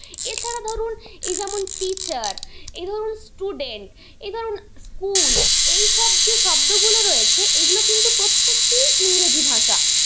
এছাড়া ধরুন এই যেমন টিচার এই ধরুন স্টুডেন্ট এই ধরুন স্কুল এই সব যে শব্দগুলো রয়েছে এইগুলো কিন্তু প্রত্যেকটিই ইংরেজি ভাষা